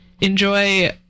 enjoy